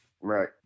Right